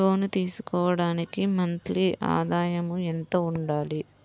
లోను తీసుకోవడానికి మంత్లీ ఆదాయము ఎంత ఉండాలి?